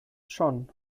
schon